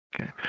Okay